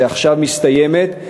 שעכשיו מסתיימת,